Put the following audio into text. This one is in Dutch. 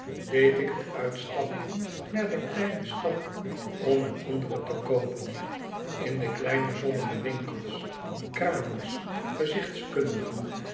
deed ik het uitstapje naar de kleine stad om een andere te koopen in de kleine zonnige winkels kramers